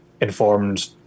informed